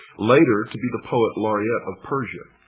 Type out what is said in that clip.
later to be the poet laureate of persia.